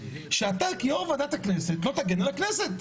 שאתה כיושב-ראש ועדת הכנסת לא תגן על הכנסת.